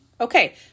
Okay